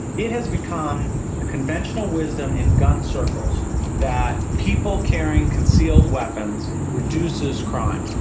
it has become the conventional wisdom in gun circles that people carrying concealed weapons reduces crime.